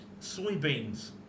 soybeans